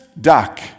Duck